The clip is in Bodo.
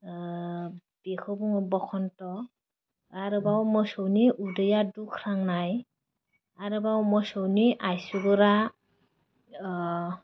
बेखौ बुङो बकन्थ' आरोबाव मोसौनि उदैया दुख्रांनाय आरोबाव मोसौनि आइसुगुरा